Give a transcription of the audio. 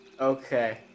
Okay